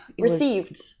received